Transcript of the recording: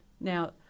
Now